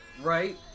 Right